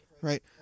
Right